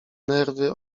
nerwy